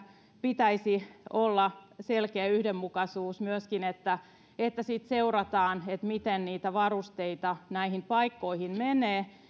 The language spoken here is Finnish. pitäisi olla myöskin selkeä yhdenmukaisuus että että sitten seurataan miten niitä varusteita näihin paikkoihin menee